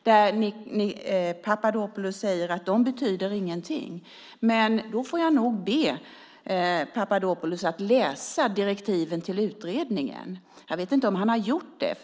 Nikos Papadopoulos säger att de inte betyder någonting. Då får jag nog be Papadopoulos att läsa direktiven till utredningen. Jag vet inte om han har gjort det.